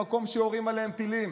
למקום שיורים עליהם טילים,